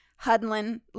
huddling